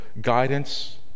guidance